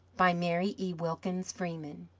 by mary e. wilkins freeman